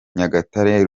nyagatare